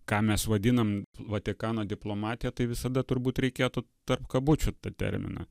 ką mes vadinam vatikano diplomatija tai visada turbūt reikėtų tarp kabučių tą terminą